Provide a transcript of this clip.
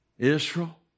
Israel